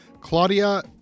Claudia